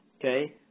Okay